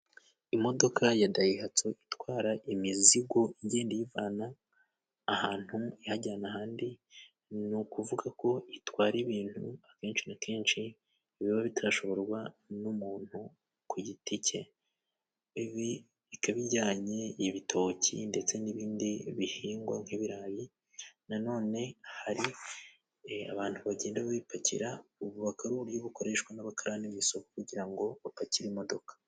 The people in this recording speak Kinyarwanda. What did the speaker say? Imodoka ya dayihatsu itwara imizigo igenda iyivana ahantu ihajyana ahandi. Ni ukuvuga ko itwara ibintu kenshi na kenshi biba bitarashoborwa n'umuntu ku giti cye. Ibi ikaba ijyanye ibitoki ndetse n'ibindi bihingwa nk'ibirayi, na none hari abantu bagenda babipakira ubu bukaba uburyo bukoreshwa n'abakarani b'isoko, kugira ngo bapakire imodoka.